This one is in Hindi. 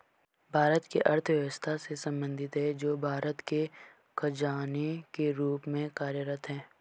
भारत की अर्थव्यवस्था से संबंधित है, जो भारत के खजाने के रूप में कार्यरत है